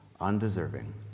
undeserving